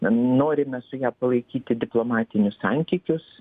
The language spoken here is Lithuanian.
na norime su ja palaikyti diplomatinius santykius